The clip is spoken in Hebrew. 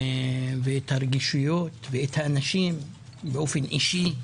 את הרגישויות ואת האנשים באופן אישי.